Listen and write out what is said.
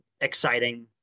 exciting